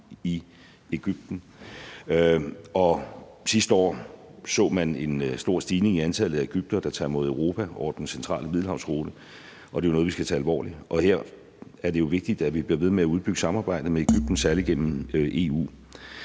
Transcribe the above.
i Egypten. Sidste år så man en stor stigning i antallet af egyptere, der tager mod Europa over den centrale middelhavsrute, og det er jo noget, vi skal tage alvorligt. Og her er det vigtigt, at vi bliver ved med at udbygge samarbejdet med Egypten, særlig gennem EU.